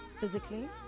physically